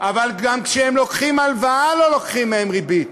אבל גם כשהם לוקחים הלוואה לא לוקחים מהם ריבית.